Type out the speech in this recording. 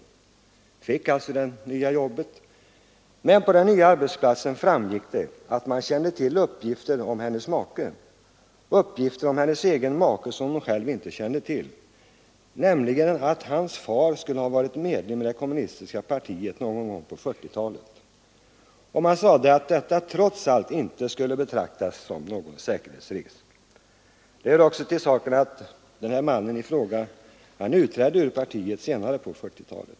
Hon fick alltså jobbet. Men på den nya arbetsplatsen framgick det att man kände till uppgifter om hennes make, uppgifter om hennes egen make som hon själv inte kände till, nämligen att hans far skulle ha varit medlem i det kommunistiska partiet någon gång på 1940-talet. Och man sade att detta trots allt inte skulle betraktas som en säkerhetsrisk. Det hör till saken att den här mannen hade utträtt ur partiet senare på 1940-talet.